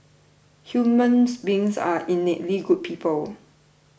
human beings are innately good people